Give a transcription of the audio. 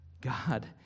God